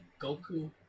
Goku